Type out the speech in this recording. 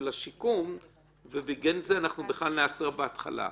השיקום ובגין זה אנחנו בכלל ניעצר בהתחלה.